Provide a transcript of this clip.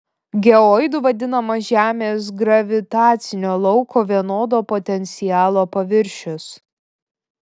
geoidu vadinamas žemės gravitacinio lauko vienodo potencialo paviršius